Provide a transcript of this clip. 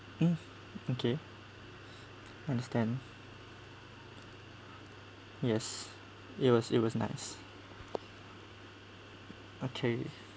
mm okay understand yes it was it was nice okay